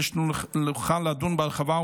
כדי שנוכל לדון בהרחבה,